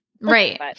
right